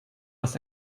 was